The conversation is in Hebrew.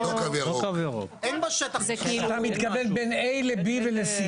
אתה מתכוון בין A ל-B, ל-C.